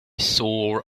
sore